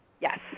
Yes